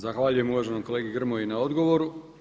Zahvaljujem uvaženom kolegi Grmoji na odgovoru.